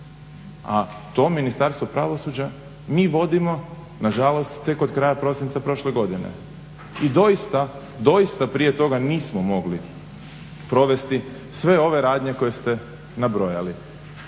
a to Ministarstvo pravosuđa mi vodimo nažalost tek od kraja prosinca prošle godine. i doista prije toga nismo mogli provesti sve ove radnje koje ste nabrojali,